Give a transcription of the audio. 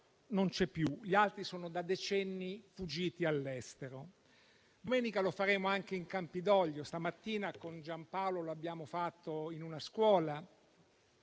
non c'è più, gli altri sono fuggiti all'estero da decenni. Domenica lo faremo anche in Campidoglio; stamattina, con Giampaolo, lo abbiamo fatto in una scuola